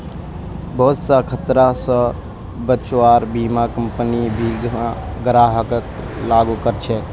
बहुत स खतरा स बचव्वार बीमा कम्पनी बीमा ग्राहकक लागू कर छेक